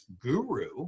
guru